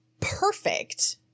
perfect